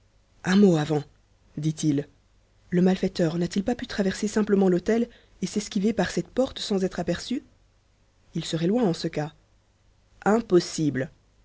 un mot avant dit-il le malfaiteur n'a-t-il pas pu traverser simplement l'hôtel et s'esquiver par cette porte sans être aperçu il serait loin en ce cas impossible